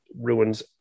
ruins